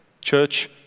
Church